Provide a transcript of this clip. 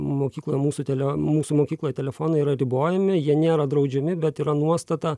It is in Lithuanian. mokykloje mūsų tele mūsų mokykloj telefonai yra ribojami jie nėra draudžiami bet yra nuostata